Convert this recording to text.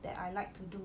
that I like to do